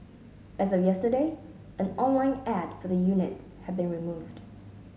as of yesterday an online ad for the unit had been removed